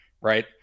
Right